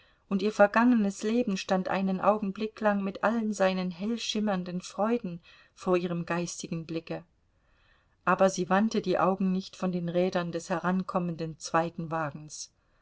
und ihr vergangenes leben stand einen augenblick lang mit allen seinen hellschimmernden freuden vor ihrem geistigen blicke aber sie wandte die augen nicht von den rädern des herankommenden zweiten wagens